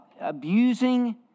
abusing